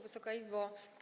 Wysoka Izbo!